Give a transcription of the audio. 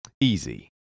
Easy